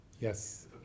Yes